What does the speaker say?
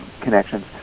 connections